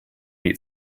meet